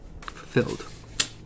Fulfilled